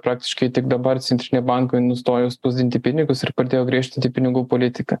praktiškai tik dabar centriniai bankai nustojo spausdinti pinigus ir pradėjo griežtinti pinigų politiką